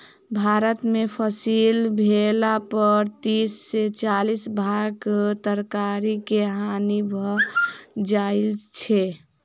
भारत में फसिल भेला पर तीस से चालीस भाग तरकारी के हानि भ जाइ छै